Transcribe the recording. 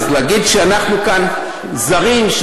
אז להגיד שאנחנו זרים כאן,